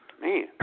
Man